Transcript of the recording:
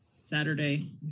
saturday